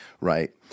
right